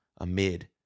amid